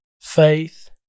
faith